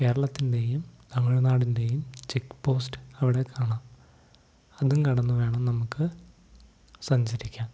കേരളത്തിൻ്റെയും തമിഴ്നാടിൻ്റെയും check post അവിടെ കാണാം അതും കടന്നു വേണം നമുക്കു സഞ്ചരിക്കാന്